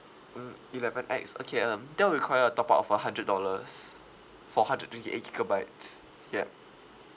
mm eleven X okay um that'll require a top up of a hundred dollars four hundred twenty eight gigabytes ya